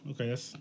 okay